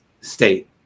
state